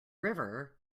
river